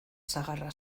sagarra